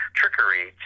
trickery